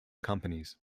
companies